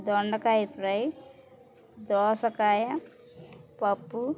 దొండకాయ ప్రై దోసకాయ పప్పు